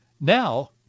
now